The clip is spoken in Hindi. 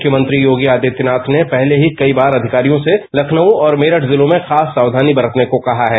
मुख्यमंत्री योगी आदित्यनाथ ने पहले ही कई बार अधिकारियों से लखनऊ और मेरठ जिलों में खास साक्षानी बरतने को कहा है